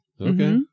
Okay